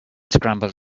scrambled